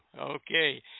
Okay